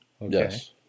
Yes